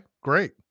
great